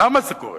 למה זה קורה?